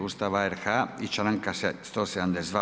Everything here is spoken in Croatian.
Ustava RH i članka 172.